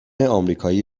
آمریکایی